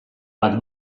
bat